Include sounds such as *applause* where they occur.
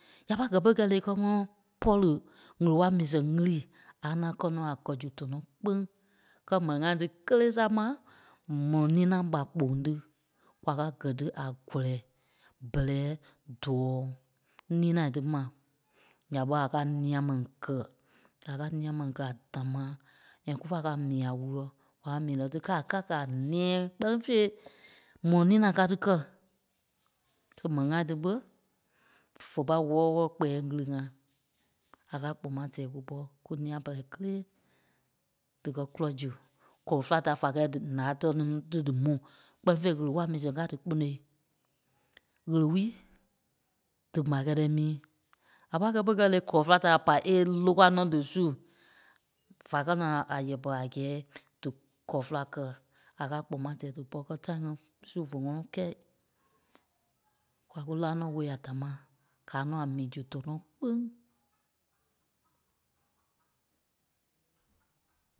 ya pai gɛ́ pere kɛ́ lè íkɛ ŋɔnɔ pɔ̀ri ŋèle-wala mii seŋ ɣili a naa kɛ́ nɔ̀ a kɛ́ zu tɔnɔɔ kpéŋ kɛ́ mɛni ŋai tí kélee sama m̀ɔlɔŋ nina ɓà kpoŋ tí. Kwa káa kɛ́ tí a kɔlɛɛi bɛlɛ dɔɔ ninai tí ma nya ɓé a káa nia meni kɛ̀ a káa nia mɛni kɛ̀ a damaa and kufa káa mii a wùlɔ kwa mii nɔ tí ká- ka- kaa a nɛ̃ɛ kpɛ́ni fêi m̀ɔlɔŋ nina káa tí kɛ̀. So mɛni-ŋai tí ɓé fe pâi wɔ́lɔ-wɔlɔ kpɛɛ ŋili-ŋa a káa kpɔŋ mâa tɛɛ kúpɔ kú nia-pɛlɛɛ kélee díkɛ kulɛ zu kɔlɔ féla da fá kɛ́ dí- náa tɛ́ nene tí dímu kpɛ́ni fêi ɣele-wala mii sɛŋ káa díkponoi. Ɣele-wée dí ɓa kɛɛ dí mii. A pai kɛ́ pere kɛ̂i lè kɔlɔ féla da a pai é lókwa nɔ́ dísu. Vá kɛ́ naa a yɛpɛ a gɛɛ dí kɔlɔ féla kɛ a káa kpɔŋ mâa tɛɛ dípɔ kɛ̀ tãi ŋí su fé ŋɔnɔ kɛ̂i, kwa kú láa nɔ *unintelligible* a damaa. Gáa nɔ́ a mii zu tɔnɔɔ kpéŋ.